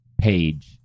page